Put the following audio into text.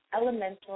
Elemental